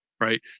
right